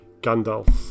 Gandalf